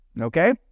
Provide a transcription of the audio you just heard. Okay